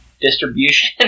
distribution